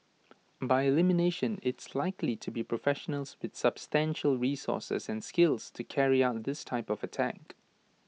by elimination it's likely to be professionals with substantial resources and skills to carry out this type of attack